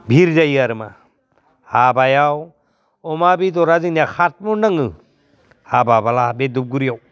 भिर जायो आरो मा हाबायाव अमा बेदरा जोंनिया खात मन नाङो हाबाब्ला बे धुपगुरियाव